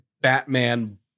Batman